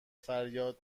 فریاد